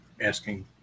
asking